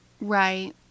Right